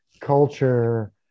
culture